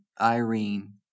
Irene